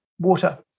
water